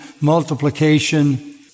multiplication